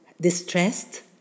distressed